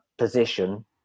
Position